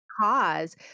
cause